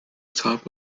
top